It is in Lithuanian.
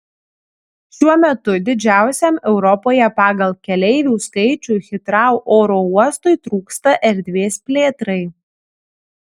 šiuo metu didžiausiam europoje pagal keleivių skaičių hitrou oro uostui trūksta erdvės plėtrai